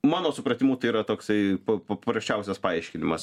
mano supratimu tai yra toksai paprasčiausias paaiškinimas